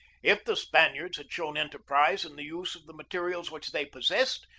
if the spaniards had shown enterprise in the use of the materials which they possessed,